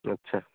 ଆଚ୍ଛା